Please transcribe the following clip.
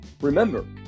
remember